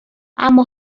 اما